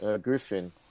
Griffin